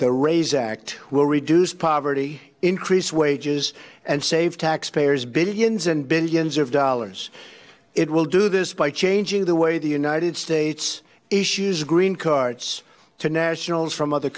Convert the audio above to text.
to raise act will reduce poverty increase wages and save taxpayers billions and billions of dollars it will do this by changing the way the united states issues a green cards to nationals from other